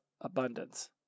abundance